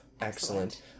excellent